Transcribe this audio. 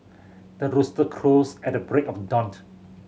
the rooster crows at the break of dawn